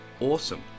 awesome